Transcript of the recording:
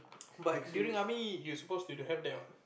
but during army you suppose to have that what